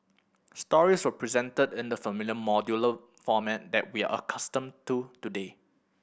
stories were presented in the familiar modular format that we are accustomed to today